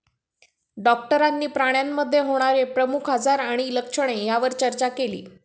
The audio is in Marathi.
डॉक्टरांनी प्राण्यांमध्ये होणारे प्रमुख आजार आणि लक्षणे यावर चर्चा केली